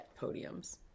podiums